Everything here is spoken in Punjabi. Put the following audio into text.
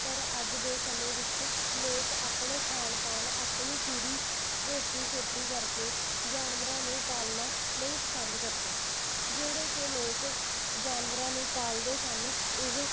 ਪਰ ਅੱਜ ਦੇ ਸਮੇਂ ਵਿੱਚ ਲੋਕ ਆਪਣੇ ਖਾਣ ਪਾਣ ਆਪਣੀ ਪੂਰੀ ਰੋਟੀ ਸੋਟੀ ਕਰਕੇ ਜਾਨਵਰਾਂ ਨੂੰ ਪਾਲਣਾ ਨਹੀਂ ਪਸੰਦ ਕਰਦੇ ਜਿਹੜੇ ਕਿ ਲੋਕ ਜਾਨਵਰਾਂ ਨੂੰ ਪਾਲਦੇ ਸਨ ਉਹ